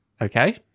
Okay